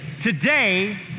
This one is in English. Today